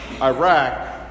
Iraq